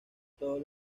todos